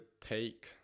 take